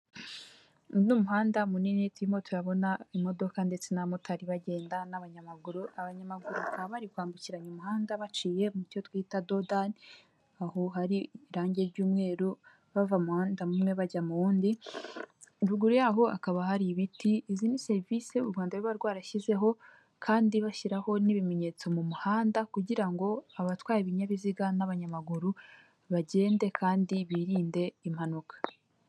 Uyu ni umuhanda munini turimo turabona imodoka ndetse n'abamotari bagenda n'abanyamaguru, abanyamaguru bakaba bari kwambukiranya umuhanda baciye mu cyo twita dodani, aho hari irangi ry'umweru bava mu muhanda umwe bajya mu wundi, ruguru yabo hakaba hari ibiti. Izi ni serivisi u Rwanda ruba rwarashyizeho kandi bashyiraho n'ibimenyetso mu muhanda kugira ngo abatwaye ibinyabiziga n'abanyamaguru bagende kandi birinde impanuka.